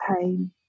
pain